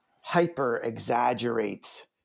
hyper-exaggerates